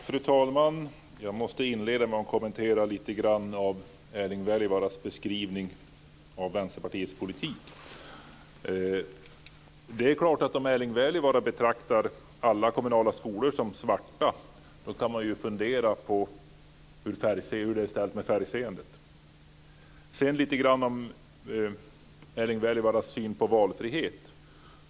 Fru talman! Jag måste inleda med att kommentera lite grann av Erling Wälivaaras beskrivning av Vänsterpartiets politik. Om Erling Wälivaara betraktar alla kommunala skolor som svarta kan man ju fundera på hur det är ställt med färgseendet. Sedan vill jag ta upp Erling Wälivaaras syn på valfrihet.